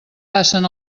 passen